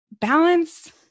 balance